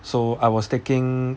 so I was taking